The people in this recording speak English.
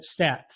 stats